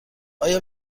آیا